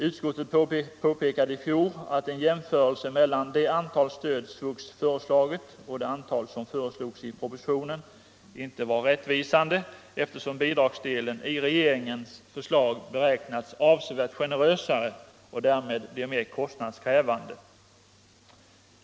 Utskottet påpekade i fjol att en jämförelse mellan det antal stöd SVUX föreslagit och det antal som föreslogs i propositionen inte var rättvisande, eftersom bidragsdelen i regeringens förslag beräknats avsevärt generösare och därmed blir mer kostnadskrävande.